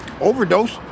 overdose